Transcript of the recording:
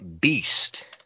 Beast